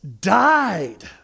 died